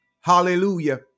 hallelujah